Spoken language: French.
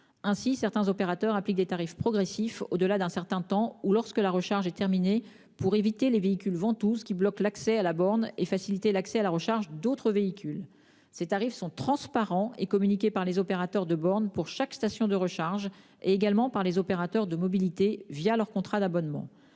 Ainsi, certains opérateurs appliquent des tarifs progressifs au-delà d'un certain temps ou lorsque la recharge est terminée afin d'éviter les « véhicules ventouses » qui bloquent l'accès à la borne et de faciliter l'accès à la recharge d'autres véhicules. Ces tarifs sont transparents et communiqués par les opérateurs de bornes pour chaque station de recharge, mais également par les opérateurs de mobilité dans leur contrat d'abonnement.